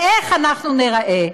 ואיך אנחנו ניראה?